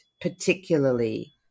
particularly